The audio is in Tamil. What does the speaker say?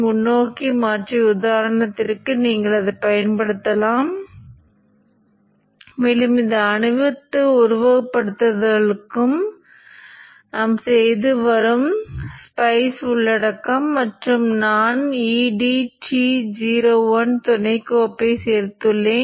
இப்போது மின்மாற்றியின் முதன்மை வழியாக பாயும் Im க்கான காந்தமாக்கல் பகுதியை வரைகிறேன்